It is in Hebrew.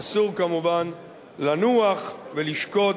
אסור כמובן לנוח ולשקוט